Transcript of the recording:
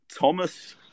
Thomas